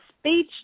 speech